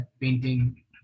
painting